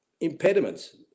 impediments